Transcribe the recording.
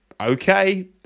okay